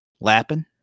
lapping